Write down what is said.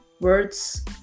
Words